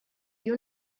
you